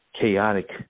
chaotic